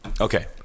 Okay